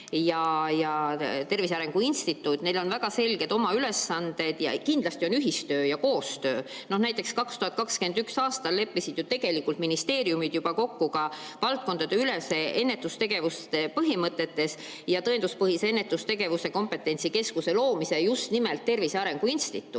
ja Tervise Arengu Instituudil on väga selged oma ülesanded, ehkki kindlasti on ühistöö ja koostöö. Näiteks 2021. aastal leppisid ju ministeeriumid juba kokku valdkondadeülese ennetustegevuse põhimõtetes ja tõenduspõhise ennetustegevuse kompetentsikeskuse loomise just nimelt Tervise Arengu Instituuti.